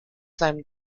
seinem